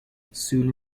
soon